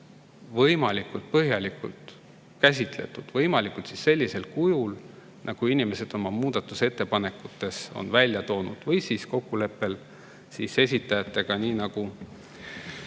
võimalikult põhjalikult käsitletud võimalikult [sarnasel] kujul, nagu inimesed oma muudatusettepanekutes on välja toonud, või siis kokkuleppel esitajatega nii, nagu